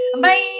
Bye